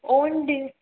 own D